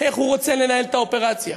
איך הוא רוצה לנהל את האופרציה?